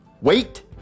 Wait